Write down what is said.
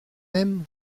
même